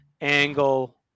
angle